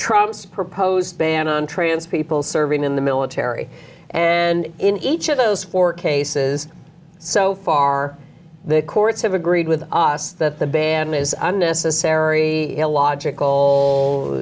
trump's proposed ban on trans people serving in the military and in each of those four cases so far the courts have agreed with us that the ban is unnecessary illogical